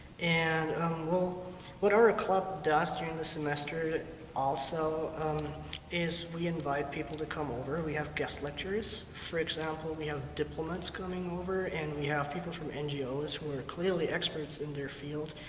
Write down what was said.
and what what our ah club does during the semester also is we invite people to come over. we have guest lecturers, for example, we have diplomats coming over. and we have people from ngo's who are clearly experts in their field.